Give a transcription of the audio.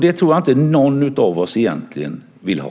Det tror jag inte att någon av oss egentligen vill ha.